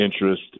Interest